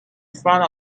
front